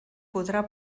podrà